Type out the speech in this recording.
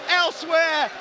elsewhere